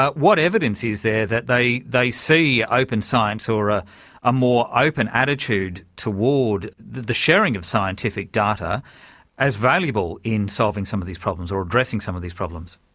ah what evidence is there that they they see open science, or a ah more open attitude toward the sharing of scientific data as valuable in solving some of these problems, or addressing some of these problems.